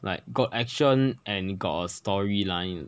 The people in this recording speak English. like got action and got a storyline